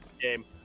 game